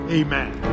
amen